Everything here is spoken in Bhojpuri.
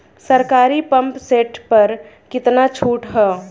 सरकारी पंप सेट प कितना छूट हैं?